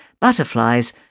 butterflies